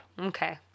Okay